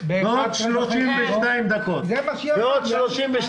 פה בטובי הכוחות והמוחות שהחליטו כך